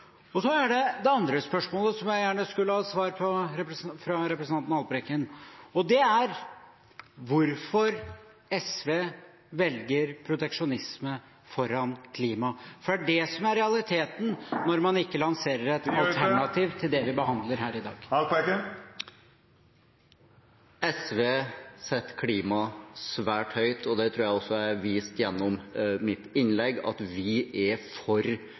Det andre spørsmålet jeg gjerne skulle hatt svar på fra representanten Haltbrekken, er: Hvorfor velger SV proteksjonisme foran klima? Det er det som er realiteten når man ikke lanserer et alternativ til det vi behandler her i dag. SV setter klima svært høyt, og det tror jeg også jeg viste i mitt innlegg, at vi er for